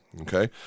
Okay